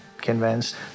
convinced